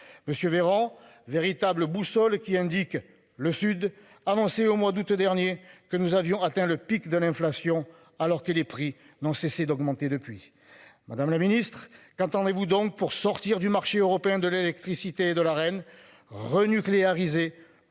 Monsieur Véran véritable boussole qui indique le Sud avancée au mois d'août dernier que nous avions atteint le pic de l'inflation alors que les prix n'ont cessé d'augmenter depuis. Madame la Ministre, qu'entendez-vous donc pour sortir du marché européen de l'électricité et de la reine revenu Cléa risée